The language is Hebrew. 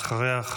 ואחריה,